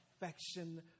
affection